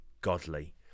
godly